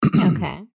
Okay